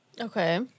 Okay